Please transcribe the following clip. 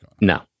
No